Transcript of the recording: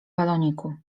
baloniku